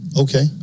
Okay